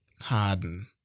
Harden